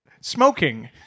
smoking